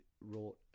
wrote